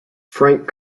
frank